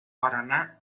paraná